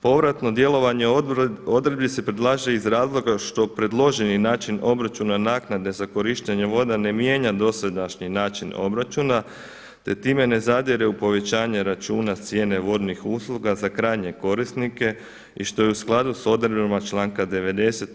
Povratno djelovanje odredbi se predlaže iz razloga što predloženi način obračuna naknade za korištenje voda ne mijenja dosadašnji način obračuna, te time ne zadire u povećanje računa cijene vodnih usluga za krajnje korisnike što je u skladu s odredbama članka 90.